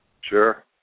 Sure